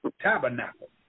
Tabernacle